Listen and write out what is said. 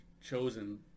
chosen